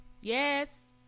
yes